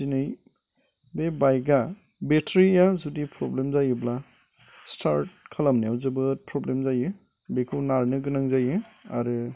दिनै बे बाइकआ बेटारिया जुदि प्रब्लेम जायोब्ला स्टार्ट खालामनायाव जोबोद प्रब्लेम जायो बेखौ नारनो गोनां जायो आरो